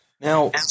Now